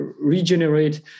regenerate